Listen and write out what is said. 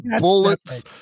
bullets